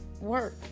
work